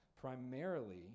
primarily